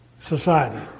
society